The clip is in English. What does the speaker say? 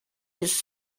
its